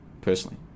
personally